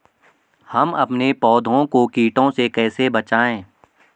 हम अपने पौधों को कीटों से कैसे बचाएं?